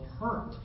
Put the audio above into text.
hurt